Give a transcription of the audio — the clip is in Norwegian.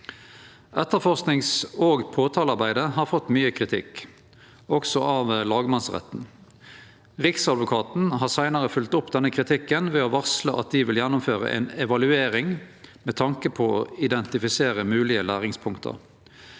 Etterforskings- og påtalearbeidet har fått mykje kritikk, også av lagmannsretten. Riksadvokaten har seinare følgt opp denne kritikken ved å varsle at dei vil gjennomføre ei evaluering med tanke på å identifisere moglege læringspunkt.